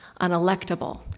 unelectable